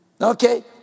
Okay